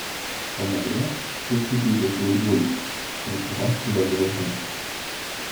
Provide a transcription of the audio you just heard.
pamaryje tūkstančiai žąsų ir gulbių švenčiama gandro diena